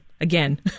again